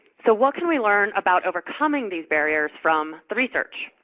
so, what can we learn about overcoming these barriers from the research?